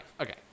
okay